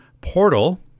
portal